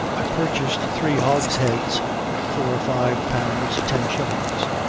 i purchased three hogsheads for five pounds ten shillings,